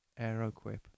Aeroquip